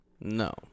No